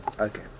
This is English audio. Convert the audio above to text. Okay